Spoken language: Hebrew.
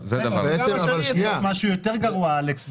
מי שיפתח אפליקציית ווייז לדרכי עפר באזור.